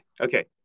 okay